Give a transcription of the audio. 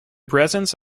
presence